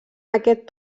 aquest